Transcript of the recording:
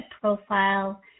profile